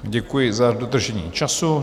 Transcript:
Děkuji za dodržení času.